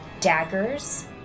daggers